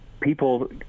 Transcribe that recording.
people